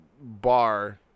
bar